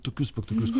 tokius spektaklius